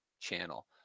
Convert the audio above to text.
channel